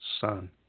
Son